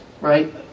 right